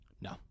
no